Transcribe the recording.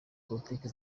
politiki